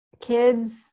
kids